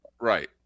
Right